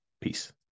Peace